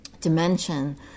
dimension